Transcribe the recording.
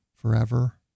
forever